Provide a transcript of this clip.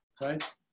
right